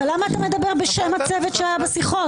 למה אתה מדבר בשם הצוות שהיה בשיחות?